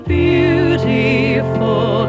beautiful